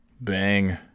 bang